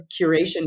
curation